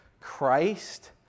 Christ